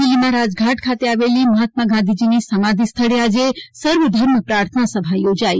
દિલ્હીમાં રાજઘાટ ખાતે આવેલી મહાત્મા ગાંધીજીની સમાધી સ્થળે આજે સર્વધર્મ પ્રાર્થના સભા યોજાઈ